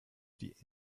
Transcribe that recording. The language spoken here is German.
diät